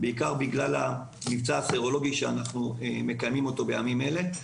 בעיקר בגלל המבצע הסרולוגי שאנחנו מקיימים בימים אלה.